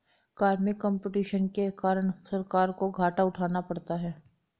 कर में कम्पटीशन के कारण से सरकार को घाटा उठाना पड़ता है